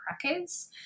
crackers